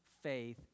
faith